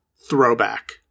throwback